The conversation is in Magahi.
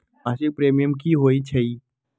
मासिक प्रीमियम की होई छई?